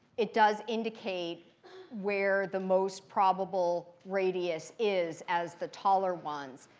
it does indicate where the most probable radius is as the taller ones,